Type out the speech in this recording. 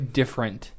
different